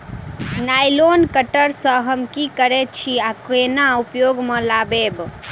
Nylon cutter सँ हम की करै छीयै आ केना उपयोग म लाबबै?